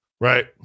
Right